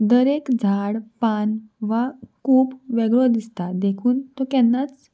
दरेक झाड पान वा खूब वेगळो दिसता देखून तो केन्नाच